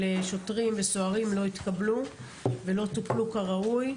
שוטרים וסוהרים לא התקבלו ולא טופלו כראוי.